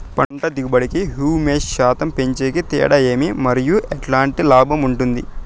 పంట దిగుబడి కి, హ్యూమస్ శాతం పెంచేకి తేడా ఏమి? మరియు ఎట్లాంటి లాభం ఉంటుంది?